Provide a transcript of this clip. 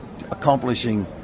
accomplishing